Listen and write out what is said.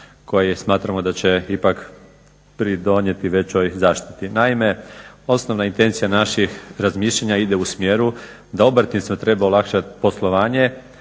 koji smatramo da će ipak pridonijeti većoj zaštiti. Naime, osnovna intencija naših razmišljanja ide u smjeru da obrtnicima treba olakšati poslovanje,